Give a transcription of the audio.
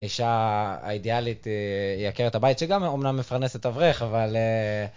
האישה האידיאלית היא עקרת הבית שגם אמנם מפרנסת אברך, אבל...